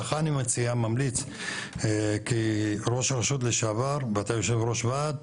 לך אני ממליץ כראש הרשות לשעבר ואתה יושב ראש ועד,